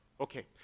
Okay